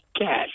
cash